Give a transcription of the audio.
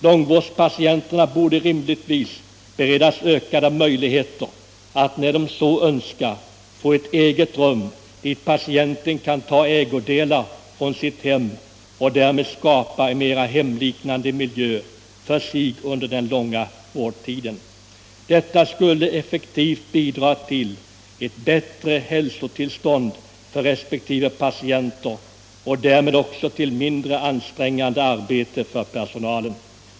Långvårdspatienter borde rimligtvis beredas ökade möjligheter att, när de så önskar, få ett eget rum dit patienten kan ta ägodelar från sitt hem och därmed skapa en mer hemliknande miljö för sig under den långa vårdtiden. Detta skulle effektivt bidra till ett bättre hälsotillstånd för resp. patienter och därmed också till mindre ansträngande arbete för personalen.